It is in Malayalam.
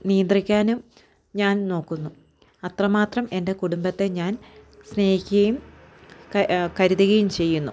നിയന്ത്രിക്കാനും ഞാൻ നോക്കുന്നു അത്രമാത്രം എന്റെ കുടുംബത്തെ ഞാൻ സ്നേഹിക്കുകയും കരുതുകയും ചെയുന്നു